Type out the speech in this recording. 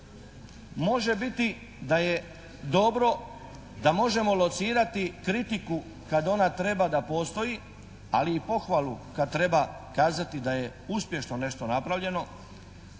Može biti da je dobro da možemo locirati kritiku kad ona treba da postoji ali i pohvalu kad treba kazati da je uspješno nešto napravljeno